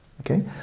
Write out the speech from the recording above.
Okay